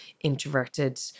introverted